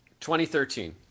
2013